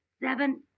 seven